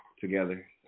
together